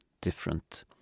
different